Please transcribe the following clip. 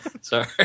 Sorry